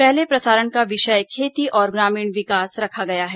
पहले प्रसारण का विषय खेती और ग्रामीण विकास रखा गया है